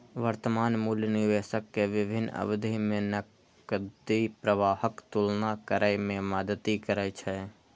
वर्तमान मूल्य निवेशक कें विभिन्न अवधि मे नकदी प्रवाहक तुलना करै मे मदति करै छै